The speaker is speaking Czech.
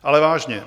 Ale vážně.